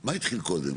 מה התחיל קודם?